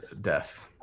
death